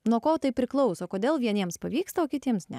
nuo ko tai priklauso kodėl vieniems pavyksta o kitiems ne